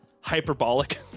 hyperbolic